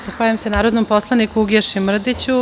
Zahvaljujem se narodnom poslaniku Uglješi Mrdiću.